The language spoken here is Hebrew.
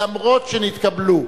אף-על-פי שנתקבלו,